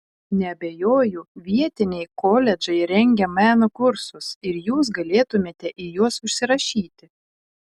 neabejoju vietiniai koledžai rengia meno kursus ir jūs galėtumėte į juos užsirašyti